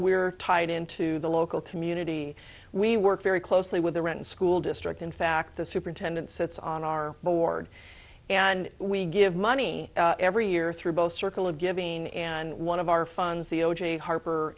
are tied into the local community we work very closely with the rent school district in fact the superintendent sits on our board and we give money every year through both circle of giving and one of our funds the o j harper